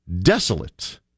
desolate